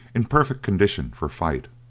in perfect condition for fight,